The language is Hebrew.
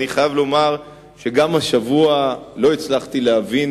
אני חייב לומר שגם השבוע לא הצלחתי להבין